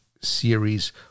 series